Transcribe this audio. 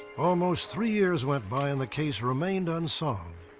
almost three years went by and the case remained unsolved.